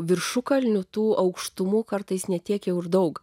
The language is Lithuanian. viršukalnių tų aukštumų kartais ne tiek jau ir daug